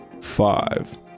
Five